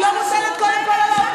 היא לא מוטלת קודם כול על האופוזיציה.